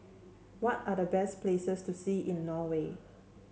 what are the best places to see in Norway